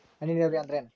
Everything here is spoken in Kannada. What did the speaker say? ಹನಿ ನೇರಾವರಿ ಅಂದ್ರ ಏನ್?